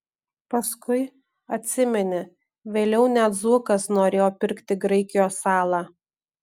paskui atsimeni vėliau net zuokas norėjo pirkti graikijos salą